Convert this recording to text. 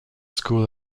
school